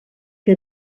que